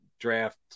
draft